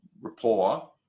rapport